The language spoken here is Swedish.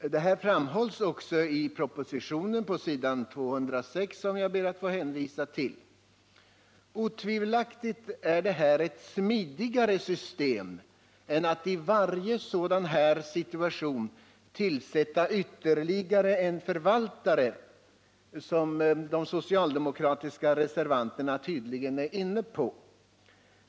Detta framhålls också i propo Onsdagen den sitionen på s. 206, som jag ber att få hänvisa till. 9 maj 1979 Otvivelaktigt är det här ett smidigare system än att i varje situation tillsätta ytterligare en förvaltare, såsom de socialdemokratiska reservanterna tydligen är inne på.